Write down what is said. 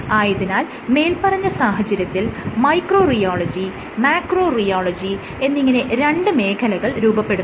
ആയതിനാൽ മേല്പറഞ്ഞ സാഹചര്യത്തിൽ മൈക്രോ റിയോളജി മാക്രോ റിയോളജി എന്നിങ്ങനെ രണ്ട് മേഖലകൾ രൂപപ്പെടുന്നു